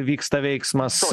vyksta veiksmas